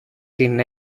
την